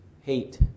hate